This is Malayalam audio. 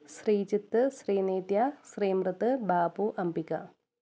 ശ്രീജിത്ത് ശ്രീനേത്യ ശ്രീമൃത് ബാബു അംബിക